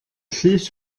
llys